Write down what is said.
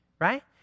Right